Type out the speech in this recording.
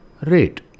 rate